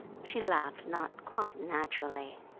she laughed, not quite naturally.